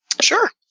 Sure